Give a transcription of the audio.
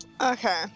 Okay